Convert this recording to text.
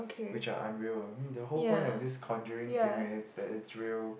which are unreal ah I mean the whole point of this conjuring thing right is that it's real